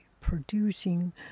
producing